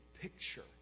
picture